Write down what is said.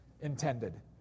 intended